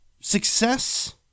success